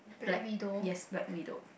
black yes black widow